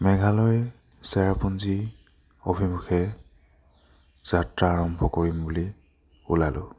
মেঘালয় চেৰাপুঞ্জী অভিমুখে যাত্ৰা আৰম্ভ কৰিম বুলি ওলালোঁ